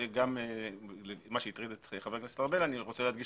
לגבי מה שהטריד את חבר הכנסת ארבל אני רוצה להדגיש